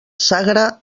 sagra